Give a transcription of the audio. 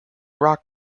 rock